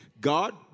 God